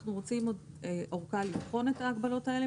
אנחנו רוצים עוד אורכה לבחון את ההגבלות האלה,